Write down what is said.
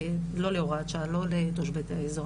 זה נכון שבסוף זה נתון לאיזה שהוא שיקול דעת,